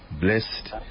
blessed